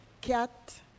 cat